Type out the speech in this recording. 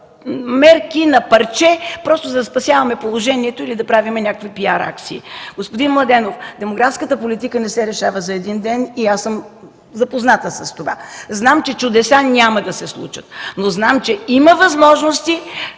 мерки на парче просто за да спасяваме положението или правейки PR акции. Господин Младенов, демографската политика не се решава за един ден. Запозната съм с това, зная, че чудеса няма да се случат. Зная обаче, че има възможности